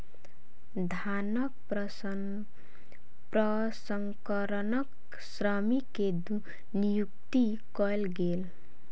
धानक प्रसंस्करणक श्रमिक के नियुक्ति कयल गेल